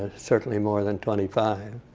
ah certainly more than twenty five,